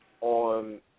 on